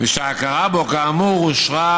ושההכרה בו כאמור אושרה,